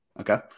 Okay